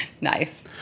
Nice